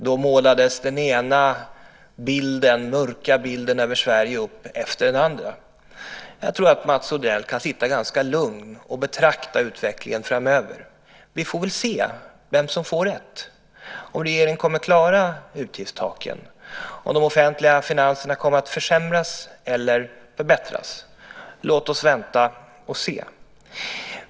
Då målades den ena mörka bilden av Sverige efter den andra upp. Jag tror att Mats Odell kan sitta ganska lugn och betrakta utvecklingen framöver. Vi får väl se vem som får rätt - om regeringen kommer att klara utgiftstaken, om de offentliga finanserna kommer att försämras eller förbättras. Låt oss vänta och se!